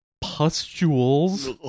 pustules